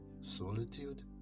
solitude